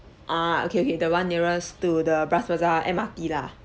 ah okay okay the one nearest to the bras basah M_R_T lah